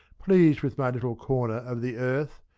pleased with my little corner of the earth.